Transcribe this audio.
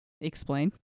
Explain